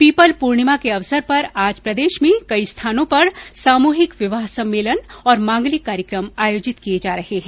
people Purnima के अवसर पर आज प्रदेश में कई स्थानों पर सामूहिक विवाह सम्मेलन और मांगलिक कार्यक्रम आयोजित किये जा रहे हैं